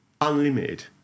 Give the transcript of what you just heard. unlimited